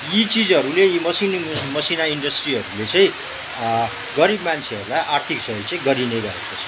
यी चिजहरूले मसिना मसिना इन्डस्ट्रीहरूले चाहिँ गरिब मान्छेहरूलाई आर्थिक सहयोग चाहिँ गरिनै रहेको छ